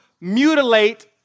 mutilate